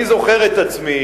אני זוכר את עצמי